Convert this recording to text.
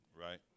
right